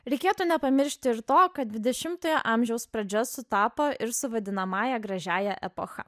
reikėtų nepamiršti ir to kad dvidešimtojo amžiaus pradžia sutapo ir su vadinamąja gražiąja epocha